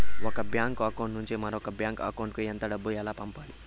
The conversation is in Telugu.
ఒక బ్యాంకు అకౌంట్ నుంచి మరొక బ్యాంకు అకౌంట్ కు ఎంత డబ్బు ఎలా పంపాలి